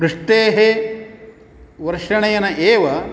वृष्टेः वर्षणेन एव